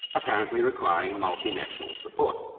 apparently requiring multinational support.